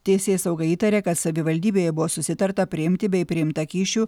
teisėsauga įtarė kad savivaldybėje buvo susitarta priimti bei priimta kyšių